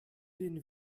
den